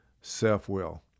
self-will